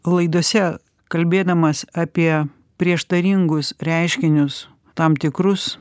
laidose kalbėdamas apie prieštaringus reiškinius tam tikrus